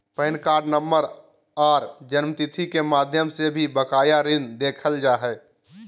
pan card number आर जन्मतिथि के माध्यम से भी बकाया ऋण देखल जा हय